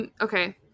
Okay